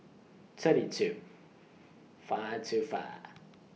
thirty two five two five